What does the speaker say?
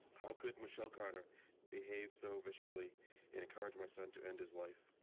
how could michelle carter behave so viciously and encourage my son to end his life?